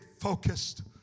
focused